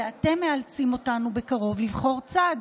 ואתם מאלצים אותנו בקרוב לבחור צד.